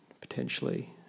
potentially